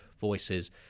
voices